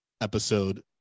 episode